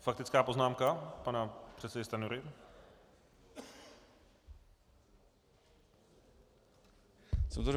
Faktická poznámka pana předsedy Stanjury.